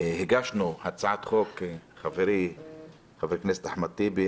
שהגשנו הצעת חוק חברי חבר הכנסת אחמד טיבי,